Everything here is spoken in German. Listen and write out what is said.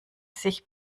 sich